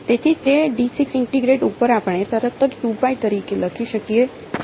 તેથી તે ઇન્ટેગ્રલ ઉપર આપણે તરત જ તરીકે લખી શકીએ છીએ